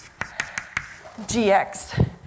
Gx